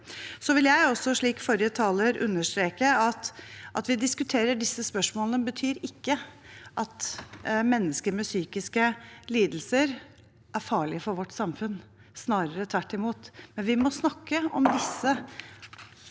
taler, understreke at det at vi diskuterer disse spørsmålene, betyr ikke at mennesker med psykiske lidelser er farlige for vårt samfunn – snarere tvert imot. Men vi må snakke om disse